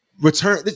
return